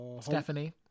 Stephanie